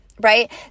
right